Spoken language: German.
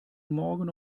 morgen